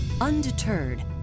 Undeterred